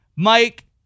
Mike